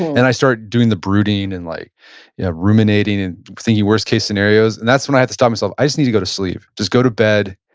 and i started doing the brooding, and like yeah ruminating ruminating and thinking worse case scenarios, and that's when i have to stop myself, i just need to go to sleep. just go to bed.